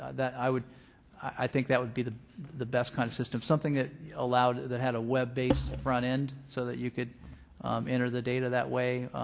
that i would i think that would be the the best kind of system, something that allowed that had a web-based front end so that you could enter the data that way.